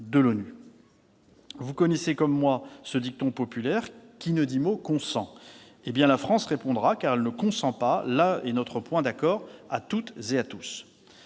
Vous connaissez comme moi ce dicton populaire :« Qui ne dit mot consent. » Eh bien, la France répondra, car elle ne consent pas : là est notre point d'accord. Monsieur